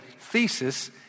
thesis